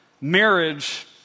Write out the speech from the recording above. Marriage